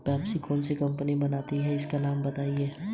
एक बोगी गोबर की क्या कीमत है?